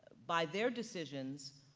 by their decisions,